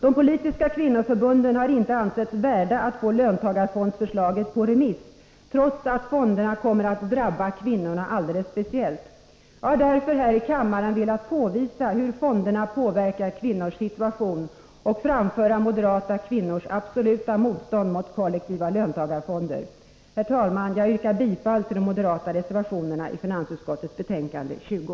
De politiska kvinnoförbunden har inte ansetts värda att få löntagarfondsförslaget på remiss, trots att fonderna kommer att drabba kvinnorna alldeles speciellt. Jag har därför här i kammaren velat påvisa hur fonderna påverkar kvinnors situation och framföra moderata kvinnors absoluta motstånd mot kollektiva löntagarfonder. Herr talman! Jag yrkar bifall till de moderata reservationerna i finansutskottets betänkande 20.